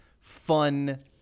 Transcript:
fun